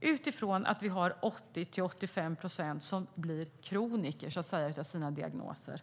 utifrån att vi har 80-85 procent som blir kroniker av sina diagnoser.